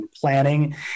planning